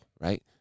right